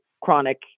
chronic